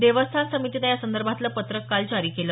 देवस्थान समितीनं यासंदर्भातलं पत्रक काल जारी केलं